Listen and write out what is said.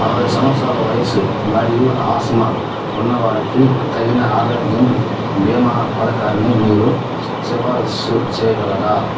అరవై సంవత్సరాల వయస్సు మరియు ఆస్తమా ఉన్నవారికి తగిన ఆరోగ్య బీమా పథకాన్ని మీరు సిఫారిసు చెయ్యగలరా